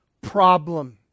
problem